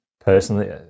personally